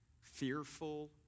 fearful